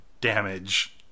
damage